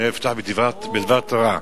אני אפתח בדבר תורה.